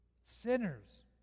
Sinners